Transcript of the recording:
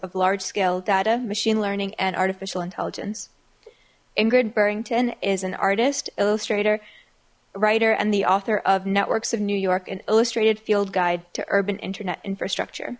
of large scale data machine learning and artificial intelligence ingrid burton is an artist illustrator writer and the author of networks of new york and illustrated field guide to urban internet infrastructure